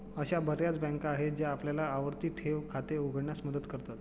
अशा बर्याच बँका आहेत ज्या आपल्याला आवर्ती ठेव खाते उघडण्यास मदत करतात